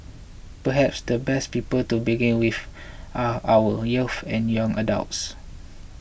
perhaps the best people to begin with are our youths and young adults